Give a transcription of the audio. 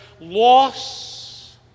loss